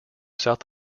south